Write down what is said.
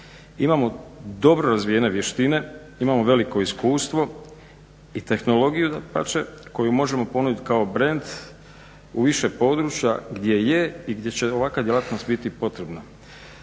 Imamo dobro razvijene vještine, imamo veliko iskustvo i tehnologiju dapače koju možemo ponuditi kao brend u više područja gdje je i gdje će ovakva djelatnost biti potrebna.